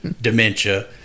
Dementia